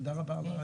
תודה רבה.